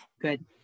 Good